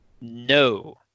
no